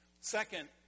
Second